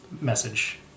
Message